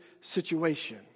situation